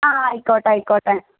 ആ ആയിക്കോട്ടായിക്കോട്ടെ